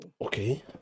Okay